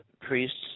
priests